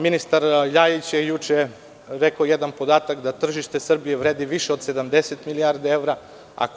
Ministar Ljajić je juče rekao jedan podatak da tržište Srbije vredi više od 70 milijardi evra.